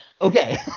Okay